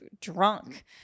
drunk